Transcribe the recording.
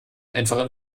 einfach